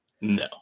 No